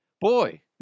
Boy